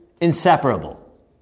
inseparable